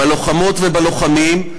בלוחמות ובלוחמים,